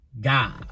god